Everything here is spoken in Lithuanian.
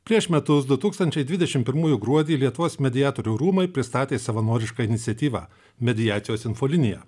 prieš metus du tūkstančiai dvidešim pirmųjų gruodį lietuvos mediatorių rūmai pristatė savanorišką iniciatyvą mediacijos infoliniją